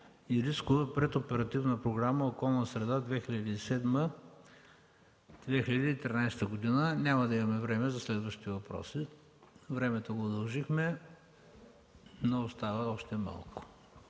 и рискове пред Оперативна програма „Околна среда 2007-2013”. Няма да имаме време за следващи въпроси. Времето го удължихме, но остава още малко